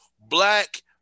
black